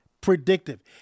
Predictive